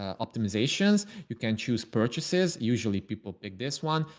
optimizations. you can choose purchases. usually people pick this one.